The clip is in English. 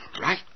Right